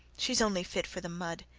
she's only fit for the mud.